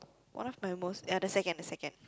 one of my most ya the second the second